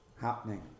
happening